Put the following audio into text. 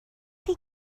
chi